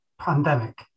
pandemic